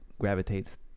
gravitates